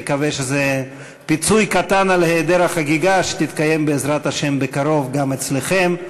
נקווה שזה פיצוי קטן על היעדר החגיגה שתתקיים בעזרת השם בקרוב גם אצלכם.